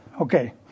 Okay